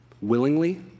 willingly